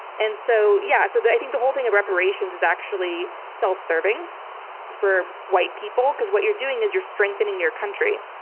and so yeah so i think the whole thing of reparations is actually self-serving for white people because what you're doing is you're strengthening your country.